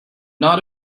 not